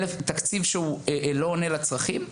תקציב שהוא לא עונה לצרכים,